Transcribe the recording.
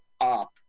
up